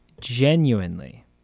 genuinely